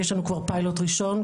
יש לנו כבר פיילוט ראשון,